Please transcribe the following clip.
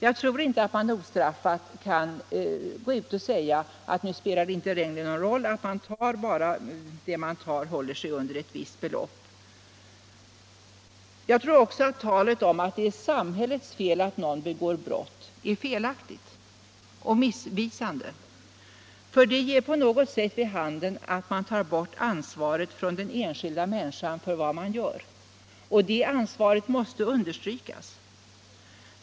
Jag tror inte att man saklöst kan säga att nu spelar det inte längre någon roll med snatterier, bara det tillgripna håller sig under ett visst belopp. Jag tror också att talet om att det är samhällets fel att någon begår brott är felaktigt och missvisande. Det ger på något sätt vid handen att man tar bort ansvaret från den enskilda människan för vad hon gör. Och det ansvaret måste i stället understrykas.